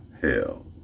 hell